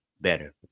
better